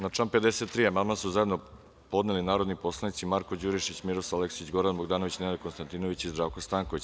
Na član 53. amandman su zajedno podneli narodni poslanici Marko Đurišić, Miroslav Aleksić, Goran Bogdanović, Nenad Konstantinović i Zdravko Stanković.